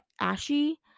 ashy